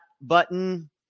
button